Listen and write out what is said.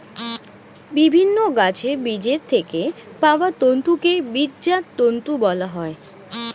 বিভিন্ন গাছের বীজের থেকে পাওয়া তন্তুকে বীজজাত তন্তু বলা হয়